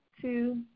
two